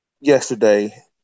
yesterday